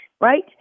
Right